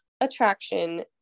attraction